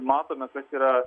matome kas yra